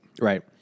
Right